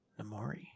Namori